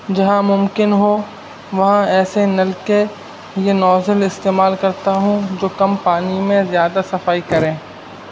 جہاں ممکن ہو وہاں ایسے نلکے یا نوزل استعمال کرتا ہوں جو کم پانی میں زیادہ صفائی کریں